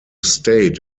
state